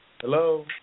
Hello